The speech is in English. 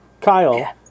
kyle